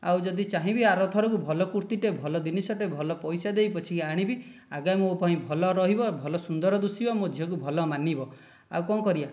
ଆଉ ଯଦି ଚାହିଁବି ଆର ଥରକୁ ଭଲ କୁର୍ତ୍ତୀଟେ ଭଲ ଜିନିଷଟେ ଭଲ ପଇସା ଦେଇ ପଛକେ ଆଣିବି ଆଗେ ମୋ ପାଇଁ ଭଲ ରହିବ ଭଲ ସୁନ୍ଦର ଦିଶିବ ମୋ ଝିଅକୁ ଭଲ ମାନିବ ଆଉ କଣ କରିବା